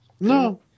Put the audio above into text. no